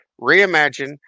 reimagine